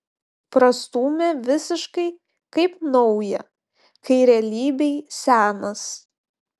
prastūmė visiškai kaip naują kai realybėj senas